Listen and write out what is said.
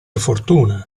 fortuna